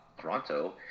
toronto